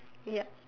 ya